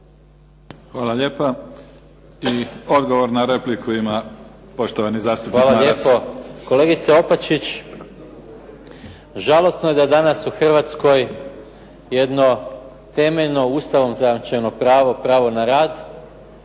Hvala lijepa. Odgovor na repliku ima poštovani zastupnik Boris